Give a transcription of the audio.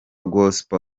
gospel